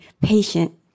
patient